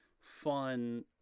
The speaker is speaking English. fun